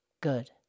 Good